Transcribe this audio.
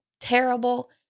Terrible